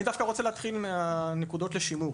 אני דווקא רוצה להתחיל מהנקודות לשימור,